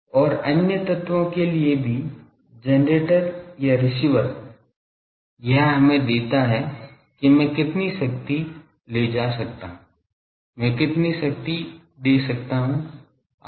और अन्य तत्वों के लिए भी जनरेटर या रिसीवर यह हमें देता है कि मैं कितनी शक्ति ले सकता हूं मैं कितनी शक्ति दे सकता हूं आदि